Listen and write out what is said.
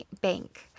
bank